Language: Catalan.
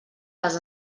les